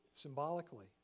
symbolically